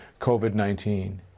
COVID-19